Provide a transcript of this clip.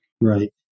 Right